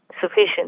sufficient